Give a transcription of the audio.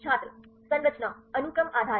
छात्र संरचना अनुक्रम आधारित